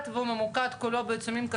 עכשיו אתה מרחיב לדברים שהם לא הגיוניים,